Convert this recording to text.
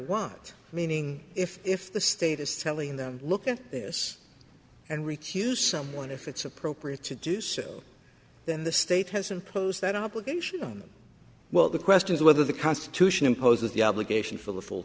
what meaning if if the state is telling them look at this and recuse someone if it's appropriate to do so then the state has imposed that obligation well the question is whether the constitution imposes the obligation for the full